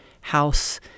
house